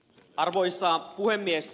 arvoisa puhemies